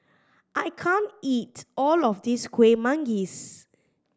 I can't eat all of this Kueh Manggis